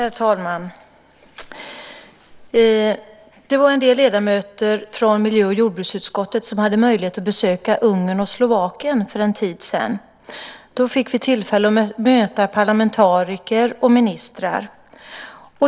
Herr talman! Det var en del ledamöter från miljö och jordbruksutskottet som hade möjlighet att besöka Ungern och Slovakien för en tid sedan. Då fick vi tillfälle att möta parlamentariker och ministrar.